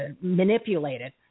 manipulated